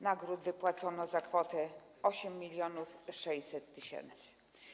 Nagród wypłacono na kwotę 8600 tys.